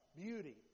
beauty